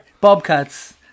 Bobcats